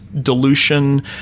dilution